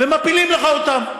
מפילים לך אותם,